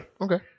Okay